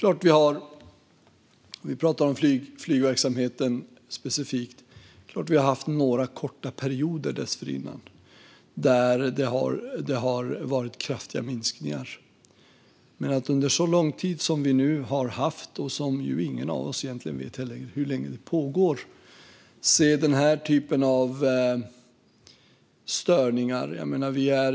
Om vi talar om flygverksamheten specifikt är det klart att vi tidigare har haft några korta perioder där det har varit kraftiga minskningar, men att under så lång tid som nu - och ingen av oss vet egentligen hur länge det kommer att pågå - se den här typen av störningar är något nytt.